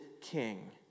king